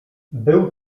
był